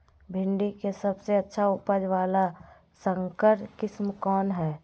भिंडी के सबसे अच्छा उपज वाला संकर किस्म कौन है?